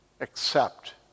accept